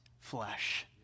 Flesh